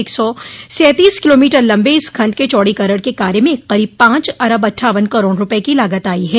एक सौ सैंतीस किलोमीटर लम्बे इस खंड के चौड़ीकरण के कार्य में करीब पांच अरब अट्ठावन करोड़ रूपये की लागत आई है